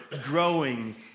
growing